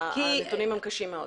הנתונים קשים מאוד.